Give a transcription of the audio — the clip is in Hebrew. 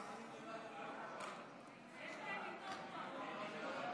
60.